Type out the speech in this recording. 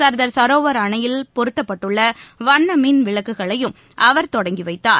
சர்தார் சரோவர் அணையில் பொருத்தப்பட்டுள்ளவண்ணமின் விளக்குகளையும் அவர் தொடங்கிவைத்தார்